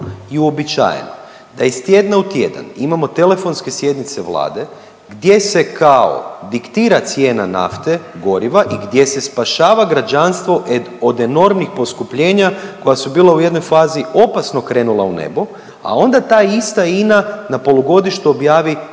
i uobičajeno da iz tjedna u tjedan imamo telefonske sjednice vlade gdje se kao diktira cijena nafte, goriva i gdje se spašava građanstvo od enormnih poskupljenja koja su bila u jednoj fazi opasno krenula u nebo, a onda ta ista INA na polugodištu objavi